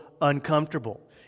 uncomfortable